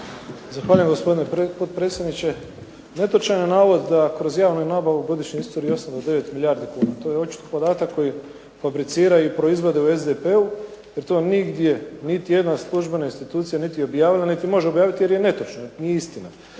Zahvaljujem gospodine potpredsjedniče. Netočan je navod da kroz javnu nabavu godišnje ostvari 8 do 9 milijardi kuna. To je očito podatak koji fabriciraju i proizvode u SDP-u jer to nigdje niti jedna službena institucija niti je objavila niti može objaviti jer je netočno, nije istina.